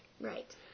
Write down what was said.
Right